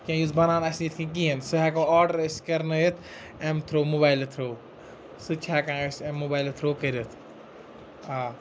کینٛہہ یُس بَنان آسہِ نہٕ یِتھ کٔنۍ کِہیٖنۍ سُہ ہیٚکو آرڈَر أسۍ کرنٲیِتھ اَمہِ تھرٛوٗ موبایلہٕ تھرٛوٗ سُہ تہِ چھِ ہیٚکان أسۍ اَمہِ موبایلہٕ تھرٛوٗ کٔرِتھ آ